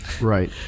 right